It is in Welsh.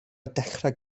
dechrau